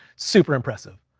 super impressive.